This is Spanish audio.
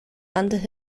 antes